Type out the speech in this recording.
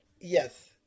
Yes